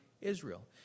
Israel